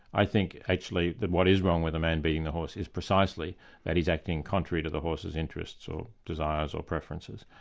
i think actually that what is wrong with a man beating a horse is precisely that he's acting contrary to the horse's interests or desires or preferences,